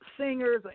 singers